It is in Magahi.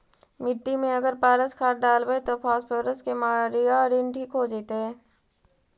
मिट्टी में अगर पारस खाद डालबै त फास्फोरस के माऋआ ठिक हो जितै न?